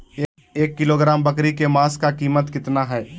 एक किलोग्राम बकरी के मांस का कीमत कितना है?